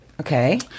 okay